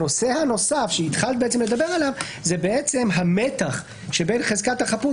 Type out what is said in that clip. הנושא הנוסף שהתחלת לדבר עליו זה המתח שבין חזקת החפות